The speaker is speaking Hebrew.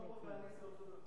שלמה ואני זה אותו דבר.